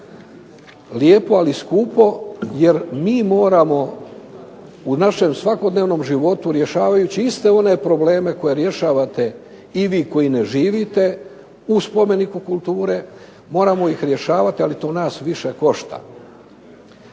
Lijepo ali skupo jer mi moramo u našem svakodnevnom životu, rješavajući iste one probleme koje rješavate i vi koji ne živite u spomeniku kulture, moramo ih rješavati ali to nas više košta.